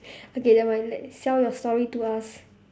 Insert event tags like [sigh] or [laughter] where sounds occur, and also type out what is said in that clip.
[laughs] okay never mind let sell your story to us